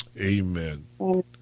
Amen